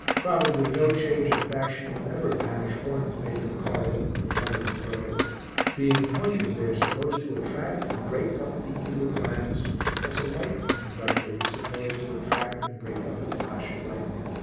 probably no change of fashion will ever banish horns made of coral or mother-of-pearl being pointed, they are supposed to attract and break up the evil glance as a lightning conductor is supposed to attract and break up a flash of lightning.